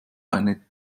eine